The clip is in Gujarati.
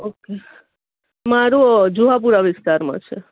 ઓકે મારું જુહાપુરા વિસ્તારમાં છે